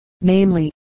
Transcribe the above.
namely